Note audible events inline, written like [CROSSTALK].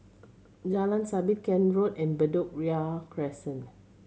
[NOISE] Jalan Sabit Kent Road and Bedok Ria Crescent